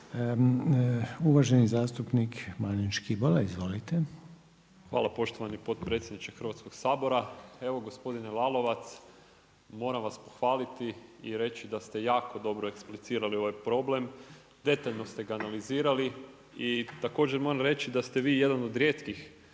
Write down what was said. **Škibola, Marin (Nezavisni)** Hvala poštovani potpredsjedniče Hrvatskog sabora. Evo gospodine Lalovac, moram vas pohvaliti i reći da ste jako dobro eksplicirali ovaj problem, detaljno ste ga analizirali i također moram reći da ste vi jedan od rijetkih